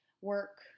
work